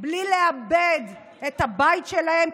בלי לאבד את הבית שלהם,